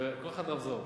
ולכל אחד רמזור.